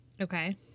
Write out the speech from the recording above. Okay